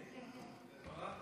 אוסאמה?